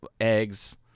eggs